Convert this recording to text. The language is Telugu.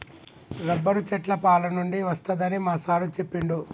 రబ్బరు చెట్ల పాలనుండి వస్తదని మా సారు చెప్పిండు